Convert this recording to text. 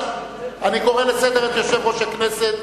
אבל אני קורא לסדר את יושב-ראש הכנסת.